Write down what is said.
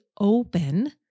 open